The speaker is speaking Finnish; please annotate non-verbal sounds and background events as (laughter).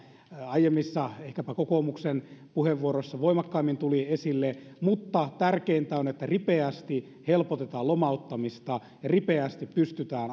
aiemmissa puheenvuoroissa ehkäpä kokoomuksen puheenvuoroissa voimakkaimmin tuli esille mutta tärkeintä on että ripeästi helpotetaan lomauttamista ja ripeästi pystytään (unintelligible)